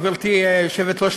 גברתי היושבת-ראש,